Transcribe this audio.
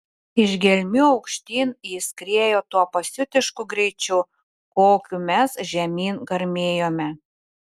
iš gelmių aukštyn jis skriejo tuo pasiutišku greičiu kokiu mes žemyn garmėjome